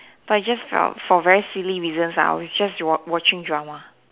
but just felt for very silly reasons ah I was just wa~ watching drama